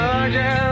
again